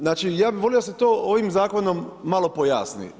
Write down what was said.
Znači ja bi volio da se to ovim zakonom malo pojasni.